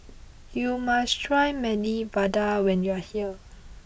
you must try Medu Vada when you are here